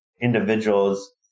individuals